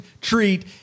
treat